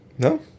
No